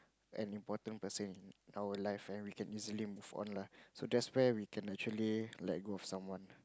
an important person in our life and we can easily move on lah so that's where we can actually let go of someone